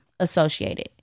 associated